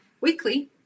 weekly